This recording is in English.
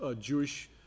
Jewish